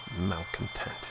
Malcontent